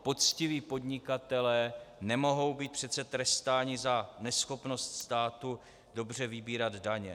Poctiví podnikatelé nemohou být přece trestáni za neschopnost státu dobře vybírat daně.